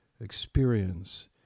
experience